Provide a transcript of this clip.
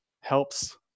helps